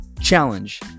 challenge